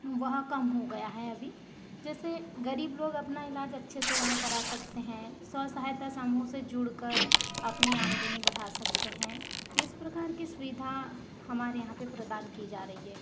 वह कम हो गया है अभी जैसे गरीब लोग अपना इलाज अच्छे से वहाँ करा सकते हैं स्व सहायता समूह से जुड़ कर अपनी आमदनी बढ़ा सकते हैं इस प्रकार की सुविधा हमारे यहाँ पे प्रदान की जा रही है